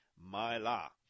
Myla